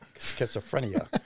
schizophrenia